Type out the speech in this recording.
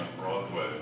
Broadway